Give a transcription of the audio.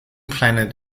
planet